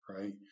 right